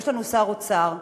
יש לנו שר אוצר,